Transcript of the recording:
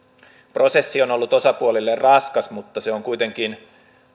prosessi on ollut osapuolille raskas mutta kuitenkin